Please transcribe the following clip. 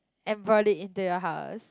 and brought it into your house